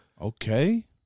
Okay